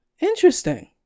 Interesting